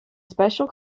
special